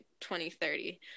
2030